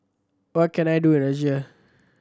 what can I do in Russia